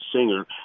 singer